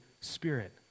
Spirit